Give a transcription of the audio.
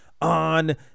on